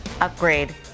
upgrade